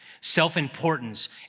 Self-importance